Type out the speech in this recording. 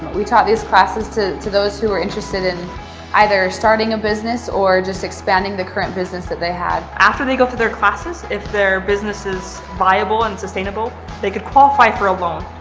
we taught these classes to to those who were interested in either starting a business, or just expanding the current business that they had. after they go through their classes, if their business is viable and sustainable they could qualify for a loan.